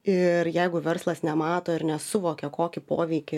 ir jeigu verslas nemato ir nesuvokia kokį poveikį